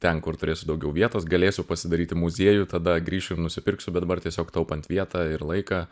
ten kur turėsiu daugiau vietos galėsiu pasidaryti muziejų tada grįšiu ir nusipirksiu bet dabar tiesiog taupant vietą ir laiką